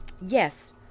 yes